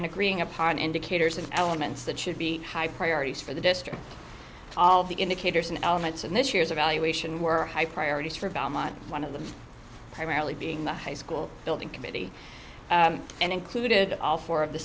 and agreeing upon indicators and elements that should be high priorities for the district all the indicators and elements in this year's evaluation were high priorities for one of them primarily being the high school building committee and included all four of the